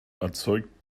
erzeugt